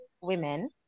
women